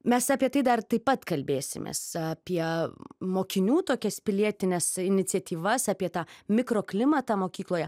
mes apie tai dar taip pat kalbėsimės apie mokinių tokias pilietines iniciatyvas apie tą mikroklimatą mokykloje